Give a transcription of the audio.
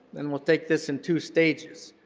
and we'll take this in two stages.